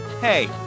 Hey